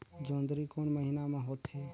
जोंदरी कोन महीना म होथे?